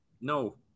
No